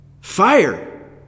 fire